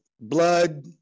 Blood